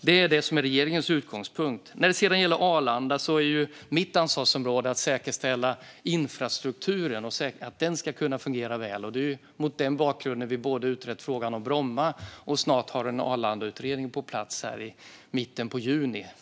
Det är det som är regeringens utgångspunkt. När det gäller Arlanda är mitt ansvarsområde att säkerställa att infrastrukturen ska kunna fungera väl. Det är mot denna bakgrund som vi har utrett frågan om Bromma, och vi har snart en Arlandautredning på plats här i mitten av juni.